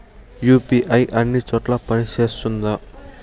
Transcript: UPI అన్ని చోట్ల పని సేస్తుందా?